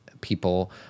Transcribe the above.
people